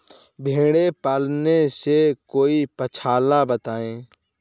भेड़े पालने से कोई पक्षाला बताएं?